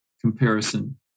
comparison